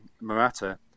Murata